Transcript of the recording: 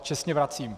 Čestně vracím.